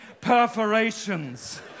perforations